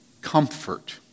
comfort